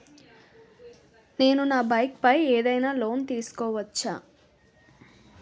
నేను నా బైక్ పై ఏదైనా లోన్ తీసుకోవచ్చా?